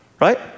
right